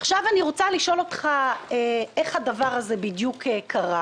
עכשיו אני רוצה לשאול אותך איך הדבר הזה בדיוק קרה,